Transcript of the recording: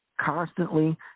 constantly